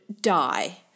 die